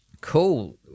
Cool